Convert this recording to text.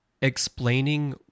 explaining